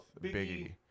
Biggie